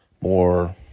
more